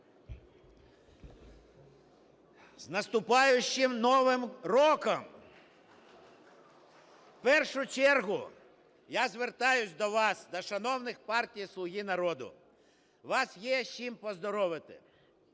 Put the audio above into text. З наступаючим Новим роком! В першу чергу, я звертаюся до вас, до шановних партії "Слуги народу". Вас є з чим поздоровити.